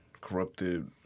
corrupted